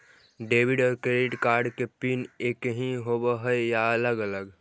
Debit और credit card के pin एकही होव हइ या अलग अलग?